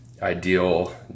Ideal